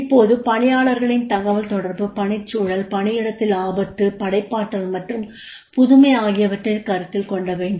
இப்போது பணியாளரின் தகவல் தொடர்பு பணிச்சூழல் பணியிடத்தில் ஆபத்து படைப்பாற்றல் மற்றும் புதுமை ஆகியவற்றைக் கருத்தில் கொள்ளவேண்டும்